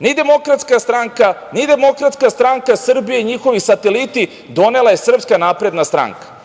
ni Demokratska stranka, ni DSS i njihovi sateliti, donela ga je Srpska napredna stranka. Vi